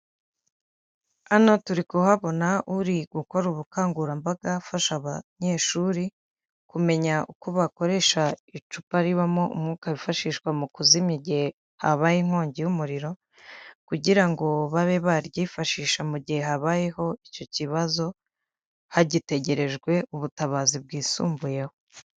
Hano turi kuhabona uri gukora ubukangurambaga afasha abanyeshuri, kumenya uko bakoresha icupa ribamo umwuka wifashishwa mu kuzimya igihe habaye inkongi y'umuriro kugira ngo babe baryifashisha mu gihe habayeho icyo kibazo, hagitegerejwe ubutabazi bwisumbuyeho.